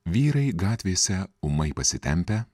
vyrai gatvėse ūmai pasitempę